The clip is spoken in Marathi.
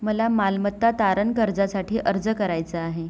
मला मालमत्ता तारण कर्जासाठी अर्ज करायचा आहे